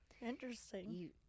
Interesting